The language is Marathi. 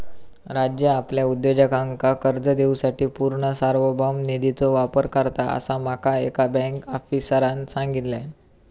राज्य आपल्या उद्योजकांका कर्ज देवूसाठी पूर्ण सार्वभौम निधीचो वापर करता, असा माका एका बँक आफीसरांन सांगल्यान